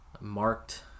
marked